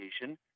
education